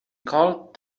called